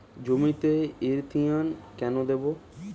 জমিতে ইরথিয়ন কেন দেবো?